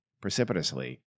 precipitously